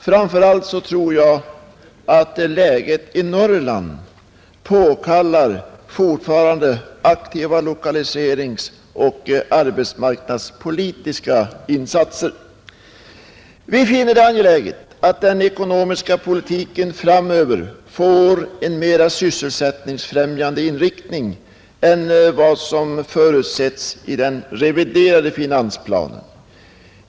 Framför allt tror jag att läget i Norrland fortfarande påkallar aktiva lokaliseringsoch arbetsmarknadspolitiska insatser. Vi finner det angeläget att den ekonomiska politiken framöver får en mera sysselsättningsfrämjande inriktning än vad som förutsätts i den reviderade finansplanen.